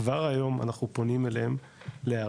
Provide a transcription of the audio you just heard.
כבר היום אנחנו פונים אליהם להיערכות,